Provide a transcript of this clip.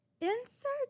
insert